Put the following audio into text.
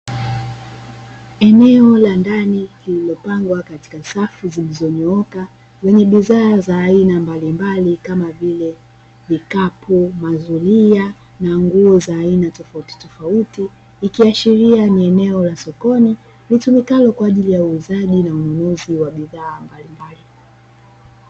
Eneo la ndani lililopangwa katika safu zilizonyooka lenye bidhaa za aina mbalimbali kama vile; vikapu, mazulia na nguzo za aina tofautitofauti, ikiashiria ni eneo la sokoni litumikalo kwa ajili ya uuzaji na ununuzi wa bidhaa mbalimbali.